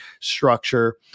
structure